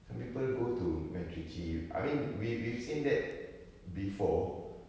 some people go to macritchie I mean we we've seen that before